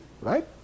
Right